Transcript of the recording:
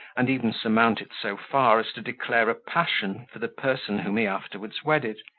and even surmount it so far, as to declare a passion for the person whom he afterwards wedded,